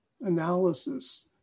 analysis